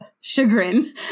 chagrin